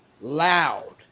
loud